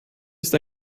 ist